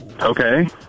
Okay